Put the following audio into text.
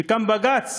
שגם בג"ץ